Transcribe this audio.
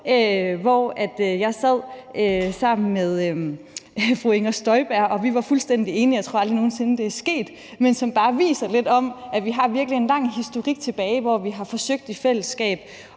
hvor jeg sad sammen med fru Inger Støjberg og vi var fuldstændig enige – det tror jeg aldrig nogen sinde er sket. Det viser bare lidt om, at vi virkelig har en lang historik, hvor vi i fællesskab